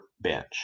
bench